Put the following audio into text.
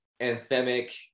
anthemic